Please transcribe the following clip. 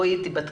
בואי תיבדקי'.